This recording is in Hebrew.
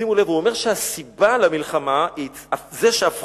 שימו לב: הוא אומר שהסיבה למלחמה היא זה שהפכו